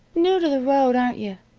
new to the road, aren't you?